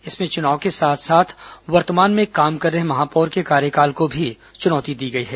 इसमें चुनाव के साथ साथ वर्तमान में काम कर रहे महापौर के कार्यकाल को भी चुनौती दी गई है